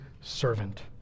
servant